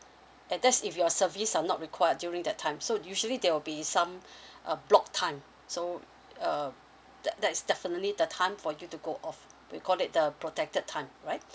and that's if your service are not require during that time so usually there will be some uh block time so uh that that is definitely the time for you to go off we call it the protected time right